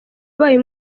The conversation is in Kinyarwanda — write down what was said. abaye